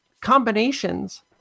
combinations